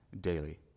daily